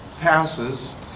passes